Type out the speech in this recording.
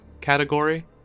category